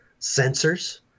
sensors